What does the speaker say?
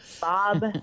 Bob